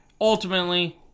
ultimately